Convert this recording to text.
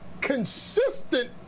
consistent